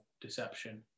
deception